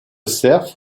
cerf